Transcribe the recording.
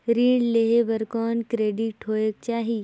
ऋण लेहे बर कौन क्रेडिट होयक चाही?